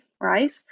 right